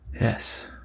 yes